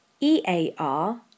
E-A-R